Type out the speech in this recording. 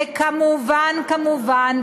וכמובן כמובן,